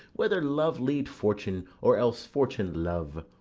whether love lead fortune, or else fortune love.